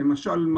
למשל,